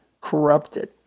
corrupted